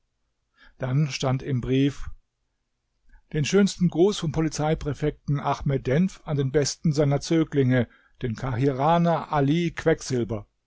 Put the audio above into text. dann stand im brief den schönsten gruß vom polizeipräfekten ahmed denf an den besten seiner zöglinge den kahirahner ali quecksilber